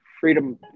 freedom